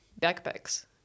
backpacks